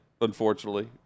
unfortunately